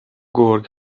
گرگ